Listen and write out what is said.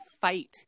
fight